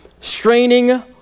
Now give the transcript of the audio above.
straining